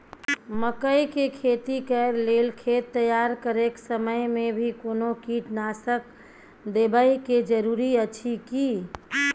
मकई के खेती कैर लेल खेत तैयार करैक समय मे भी कोनो कीटनासक देबै के जरूरी अछि की?